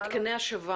קוראים לזה מתקני השבה.